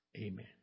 Amen